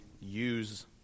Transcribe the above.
use